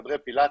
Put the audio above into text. חדרי פילטיס,